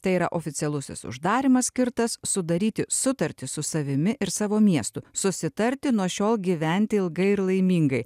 tai yra oficialusis uždarymas skirtas sudaryti sutartį su savimi ir savo miestu susitarti nuo šiol gyvent ilgai ir laimingai